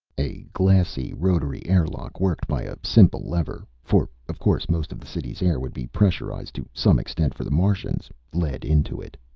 a glassy rotary airlock worked by a simple lever for, of course, most of the city's air would be pressurized to some extent for the martians led into it.